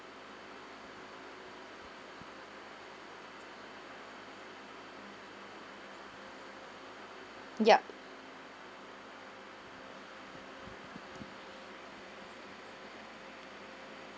yup